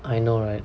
I know right